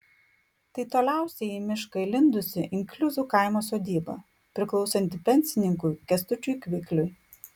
tai toliausiai į mišką įlindusi inkliuzų kaimo sodyba priklausanti pensininkui kęstučiui kvikliui